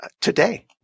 today